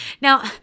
Now